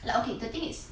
like okay the thing is